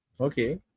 okay